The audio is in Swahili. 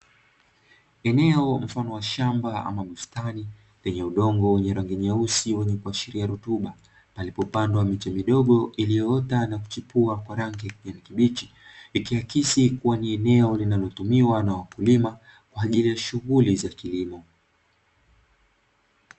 Eneo mfano wa shamba ama bustani lenye udongo wenye rangi nyeusi wenye kuashiria rutuba, palipopandwa miche midogo iliyoota na kuchipua kwa rangi ya kijani kibichi. Ikiakisi kuwa ni eneo linalotumiwa na wakulima kwa ajili ya shughuli za kilimo.